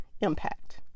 impact